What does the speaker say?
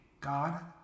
God